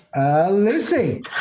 Lucy